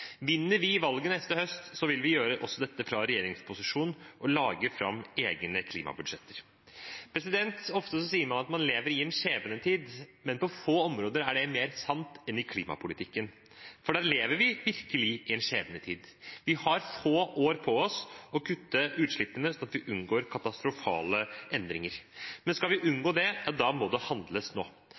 Vinner vi valget neste høst, vil vi gjøre også dette fra regjeringsposisjon, legge fram egne klimabudsjetter. Ofte sier man at man lever i en skjebnetid, men på få områder er det mer sant enn i klimapolitikken, for der lever vi virkelig i en skjebnetid. Vi har få år på oss på å kutte utslippene sånn at vi unngår katastrofale endringer. Men skal vi unngå det, må det handles nå.